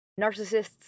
narcissists